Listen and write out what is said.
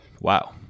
Wow